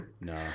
No